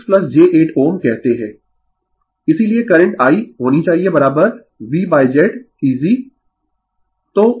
Refer slide Time 1119 इसीलिये current I होनी चाहिए VZ eg